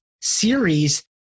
series